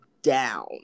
Down